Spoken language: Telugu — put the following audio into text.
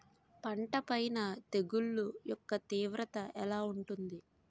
పంట పైన తెగుళ్లు యెక్క తీవ్రత ఎలా ఉంటుంది